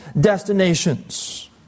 destinations